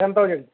one thousand